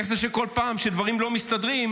איך זה שבכל פעם שדברים לא מסתדרים,